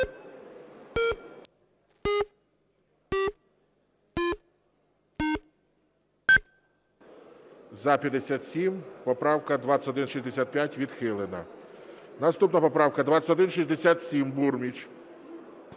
За-57 Поправка 2165 відхилена. Наступна поправка 2167. Бурміч.